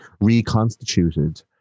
reconstituted